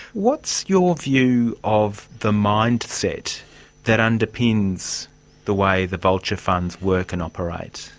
what's your view of the mindset that underpins the way the vulture funds work and operate?